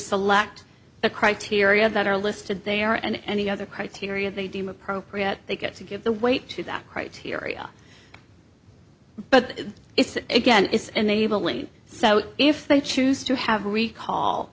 select the criteria that are listed there and any other criteria they deem appropriate they get to give the weight to that criteria but it's again it's enabling so if they choose to have a recall